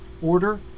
order